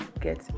get